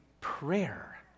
prayer